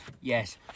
Yes